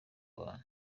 abantu